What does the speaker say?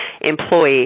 employee